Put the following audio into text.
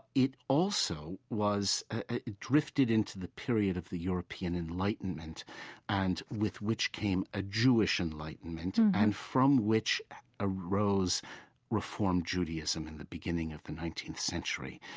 it also was ah drifted into the period of the european enlightenment and with which came a jewish enlightenment. and from which arose reformed judaism in the beginning of the nineteenth century.